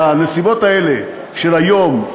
בנסיבות האלה של היום,